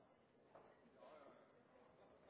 Hansen